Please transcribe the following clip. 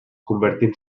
convertint